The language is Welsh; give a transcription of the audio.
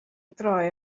droi